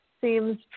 seems